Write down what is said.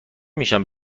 میشم